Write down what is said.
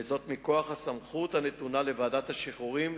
וזאת מכוח הסמכות הנתונה לוועדת השחרורים,